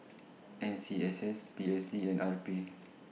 N C S S P S D and R P